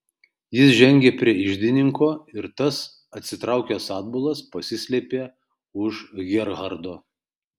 jis žengė prie iždininko ir tas atsitraukęs atbulas pasislėpė už gerhardo